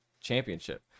championship